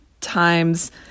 times